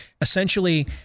essentially